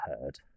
heard